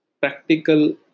practical